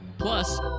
Plus